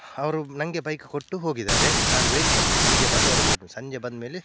ಅವ್ರು ನನಗೆ ಬೈಕ್ ಕೊಟ್ಟು ಹೋಗಿದ್ದಾರೆ ನಾನು ವೇಯ್ಟ್ ಮಾಡಿದೆ ಸಂಜೆ ಬರೋವರೆಗು ವೇಯ್ಟ್ ಮಾಡಿದೆ ಸಂಜೆ ಬಂದ ಮೇಲೆ